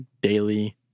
daily